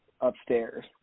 upstairs